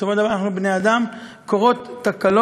בסופו של דבר אנחנו בני-אדם, קורות תקלות,